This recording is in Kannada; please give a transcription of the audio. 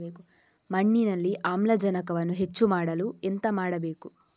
ಮಣ್ಣಿನಲ್ಲಿ ಆಮ್ಲಜನಕವನ್ನು ಹೆಚ್ಚು ಮಾಡಲು ಎಂತ ಮಾಡಬೇಕು?